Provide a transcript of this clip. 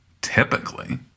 Typically